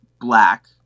black